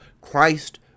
Christ